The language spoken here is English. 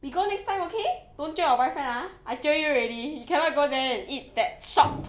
we go next time okay don't jio your boyfriend ah I jio you already you cannot go there and eat that shop